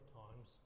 times